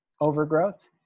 overgrowth